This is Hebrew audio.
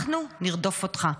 אנחנו נרדוף אותך.